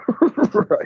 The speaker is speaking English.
right